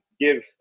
give